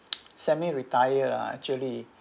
semi retire ah actually